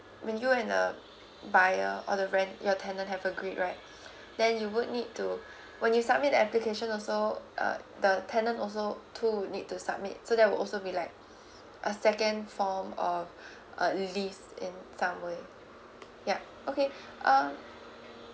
when you and the buyer or the rent your tenant have agreed right then you would need to when you submit the applications also uh the tenant also too would need to submit so there will also be like a second form or uh released in somewhere yup okay uh